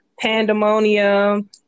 pandemonium